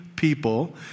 people